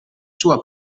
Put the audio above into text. sua